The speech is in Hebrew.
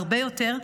הרבה יותר,